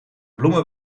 bloemen